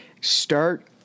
Start